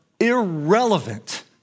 irrelevant